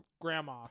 grandma